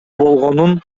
болгонун